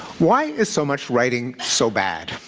why is so much writing so bad?